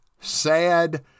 sad